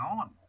on